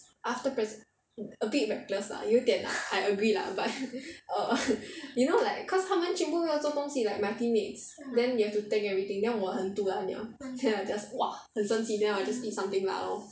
after presents a bit reckless lah 有一点 lah I agree lah but err you know like cause 他们全部都没有做东西 like my teammates then you have to tank everything then 我很 dulan liao then I just !wah! 很生气 then I'll just eat something 辣 lor